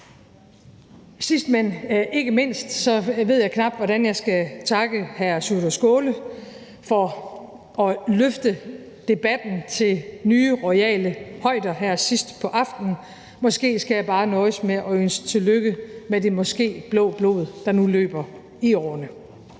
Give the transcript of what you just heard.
Sidst, men ikke mindst, ved jeg knap, hvordan jeg skal takke hr. Sjúrður Skaale for at løfte debatten til nye royale højder her sidst på aftenen. Måske skal jeg bare nøjes med at ønske tillykke med det måske blå blod, der nu løber i årerne.